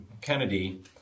Kennedy